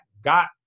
got